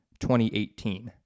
2018